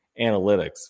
analytics